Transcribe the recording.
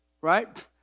right